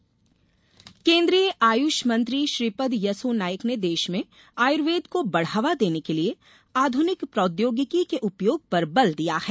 Ayurvedic seminar केन्द्रीय आयुष मंत्री श्रीपद यसो नाइक ने देश में आयुर्वेद को बढावा देने के लिए आधुनिक प्रौद्योगिकी के उपयोग पर बल दिया है